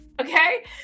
Okay